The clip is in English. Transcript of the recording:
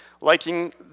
liking